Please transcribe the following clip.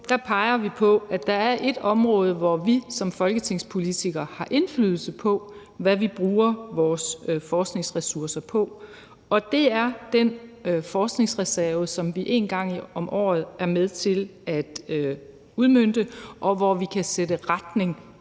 på, peger vi på, at der er ét område, som vi som folketingspolitikere har indflydelse på, i forhold til hvad vi bruger vores forskningsressourcer på. Det er den forskningsreserve, som vi en gang om året er med til at udmønte, og hvor vi kan sætte retning